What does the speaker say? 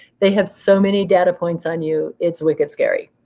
they have so many data points on you, it's wicked scary.